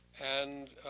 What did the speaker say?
and